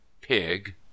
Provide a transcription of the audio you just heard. pig